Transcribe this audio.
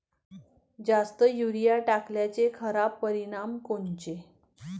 जास्त युरीया टाकल्याचे खराब परिनाम कोनचे?